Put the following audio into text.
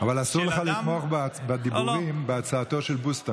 אבל אסור לך לתמוך בדיבורים בהצעתו של בוסו.